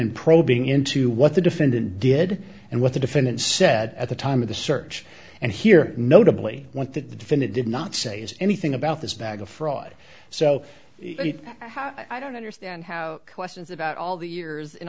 and probing into what the defendant did and what the defendant said at the time of the search and here notably what that the defendant did not say anything about this bag of fraud so how i don't understand how questions about all the years